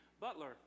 Butler